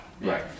right